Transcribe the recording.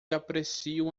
apreciam